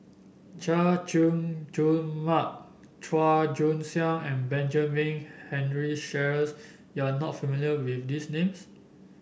Chay Jung Jun Mark Chua Joon Siang and Benjamin Henry Sheares you are not familiar with these names